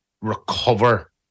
recover